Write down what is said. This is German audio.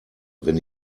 wenn